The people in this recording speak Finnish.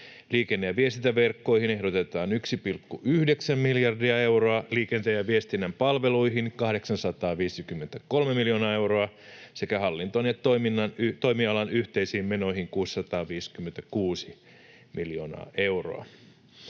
Liikenne- ja viestintäverkkoihin ehdotetaan 1,9 miljardia euroa, liikenteen ja viestinnän palveluihin 853 miljoonaa euroa sekä hallintoon ja toimialan yhteisiin menoihin 656 miljoonaa euroa.